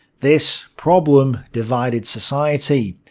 this problem divided society.